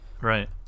Right